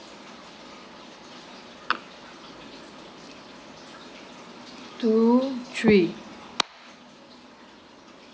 two three